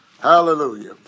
Hallelujah